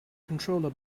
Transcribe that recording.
controller